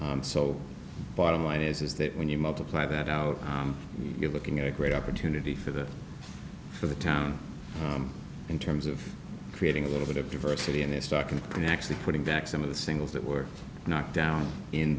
s so bottom line is that when you multiply that out you're looking at a great opportunity for the for the town in terms of creating a little bit of diversity in their stock and actually putting back some of the singles that were knocked down in